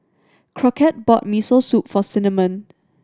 Crockett bought Miso Soup for Cinnamon